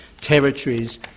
territories